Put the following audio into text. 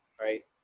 right